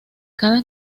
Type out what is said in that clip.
cada